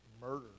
murder